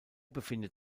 befindet